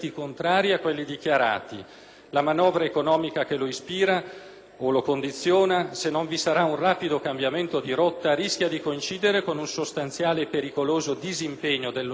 La manovra economica che lo ispira o lo condiziona, se non vi sarà un rapido cambiamento di rotta, rischia di coincidere con un sostanziale e pericoloso disimpegno dello Stato rispetto all'università.